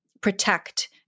protect